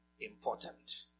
important